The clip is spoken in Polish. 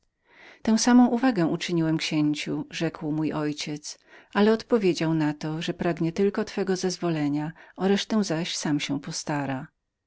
także uwaga którą uczyniłem księciu rzekł mój ojciec ale odpowiedział mi na to że pragnie tylko twego zezwolenia o resztę zaś sam się postara